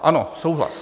Ano, souhlas.